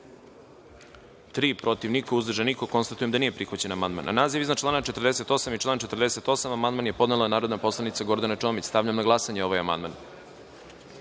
tri, protiv – niko, uzdržan – niko. Konstatujem da nije prihvaćen amandman. Na naziv iznad člana 48. i član 48. amandman je podnela narodna poslanica Gordana Čomić. Stavljam na glasanje ovaj